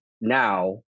now